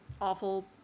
awful